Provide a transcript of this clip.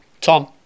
Tom